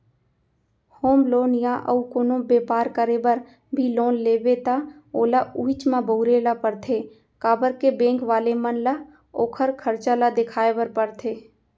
home loan या अउ कोनो बेपार करे बर भी लोन लेबे त ओला उहींच म बउरे ल परथे काबर के बेंक वाले मन ल ओखर खरचा ल देखाय बर परथे